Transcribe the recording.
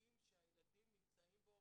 הקשיים שהילדים נמצאים בהם,